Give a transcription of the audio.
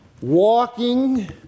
walking